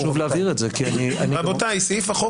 חשוב להבהיר את זה כי --- סעיף החוק